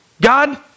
God